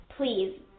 Please